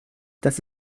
dass